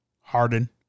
Harden